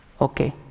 Okay